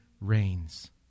reigns